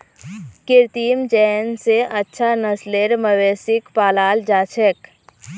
कृत्रिम चयन स अच्छा नस्लेर मवेशिक पालाल जा छेक